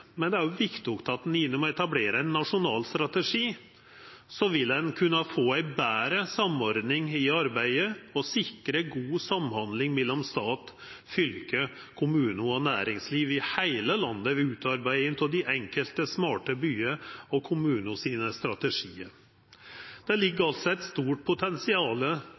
Men det er òg viktig at gjennom å etablera ein nasjonal strategi vil ein kunne få ei betre samordning i arbeidet og sikra god samhandling mellom stat, fylke, kommunar og næringsliv i heile landet når dei enkelte smarte byar og kommunar skal utarbeida sine strategiar. Det ligg altså eit stort